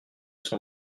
son